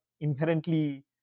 inherently